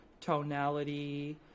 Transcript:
tonality